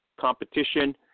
competition